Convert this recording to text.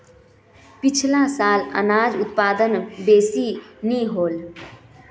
पिछला साल अनाज उत्पादन बेसि नी होल